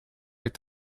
est